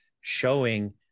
showing